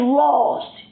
lost